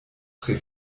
tre